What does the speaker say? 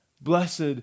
Blessed